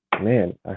Man